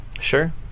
Sure